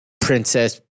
princess